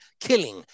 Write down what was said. killing